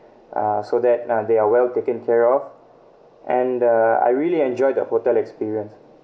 uh so that uh they are well taken care of and uh I really enjoyed the hotel experience